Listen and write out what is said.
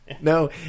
No